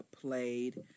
played